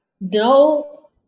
no